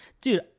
dude